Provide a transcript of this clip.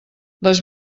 les